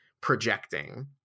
projecting